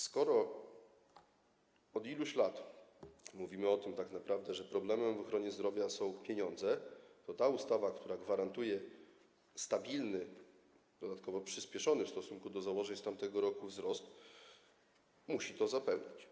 Skoro od iluś lat mówimy o tym, że problemem w ochronie zdrowia są pieniądze, to ta ustawa, która gwarantuje stabilny, dodatkowo przyspieszony w stosunku do założeń z tamtego roku wzrost, musi to zapewnić.